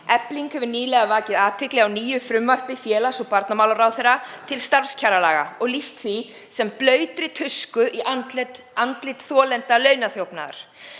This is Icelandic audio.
Efling hefur nýlega vakið athygli á nýju frumvarpi félags- og barnamálaráðherra til starfskjaralaga og lýst því sem blautri tusku í andlit þolenda launaþjófnaðar.